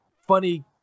funny